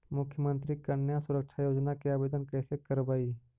मुख्यमंत्री कन्या सुरक्षा योजना के आवेदन कैसे करबइ?